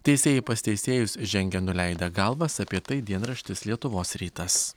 teisėjai pas teisėjus žengia nuleidę galvas apie tai dienraštis lietuvos rytas